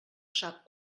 sap